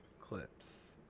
clips